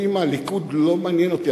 קדימה ליכוד לא מעניין אותי.